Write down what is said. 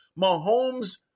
Mahomes